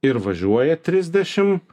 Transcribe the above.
ir važiuoja trisdešim